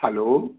hello